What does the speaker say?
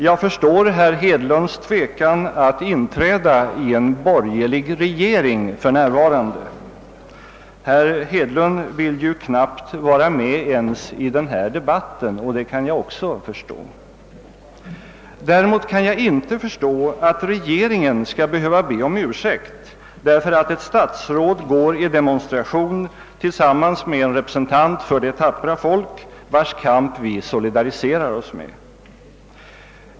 Jag förstår herr Hedlunds tvekan att för närvarande inträda i en borgerlig regering. Herr Hedlund vill ju knappast vara med ens i denna debatt, och det kan jag också begripa. Däremot kan jag inte förstå att regeringen skall behöva be om ursäkt därför att ett statsråd går i en demonstration tillsammans med en representant för det tappra folk, vars kamp vi solidariserar oss med.